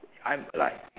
I'm like